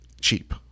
cheap